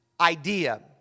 idea